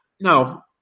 No